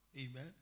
Amen